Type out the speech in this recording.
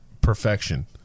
perfection